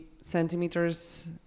centimeters